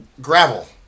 gravel